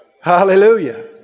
Hallelujah